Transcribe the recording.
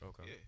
Okay